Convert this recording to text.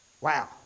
Wow